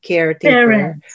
Caretaker